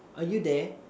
are you there